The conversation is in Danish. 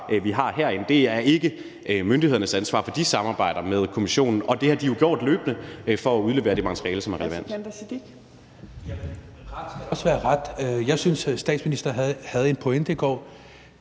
vi har herinde. Det er ikke myndighedernes ansvar, for de samarbejder med kommissionen, og det har de jo gjort løbende, for at udlevere det materiale, som er relevant. Kl. 13:52 Tredje næstformand (Trine Torp):